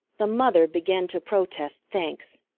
the mother began to protest thanks.